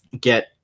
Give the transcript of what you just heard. get